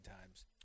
times